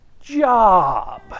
job